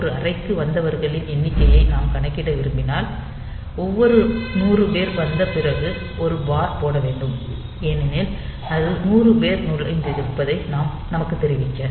ஒரு அறைக்கு வந்தவர்களின் எண்ணிக்கையை நாம் கணக்கிட விரும்பினால் ஒவ்வொரு 100 பேர் வந்த பிறகு ஒரு பார் போட வேண்டும் ஏனெனில் அது 100 பேர் நுழைந்திருப்பதை நமக்கு தெரிவிக்க